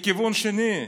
מכיוון שני,